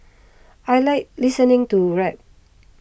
I like listening to rap